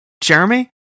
Jeremy